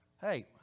Hey